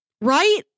Right